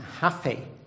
Happy